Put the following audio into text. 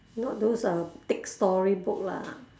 not those uh thick storybook lah